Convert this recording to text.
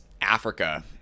Africa